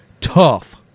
tough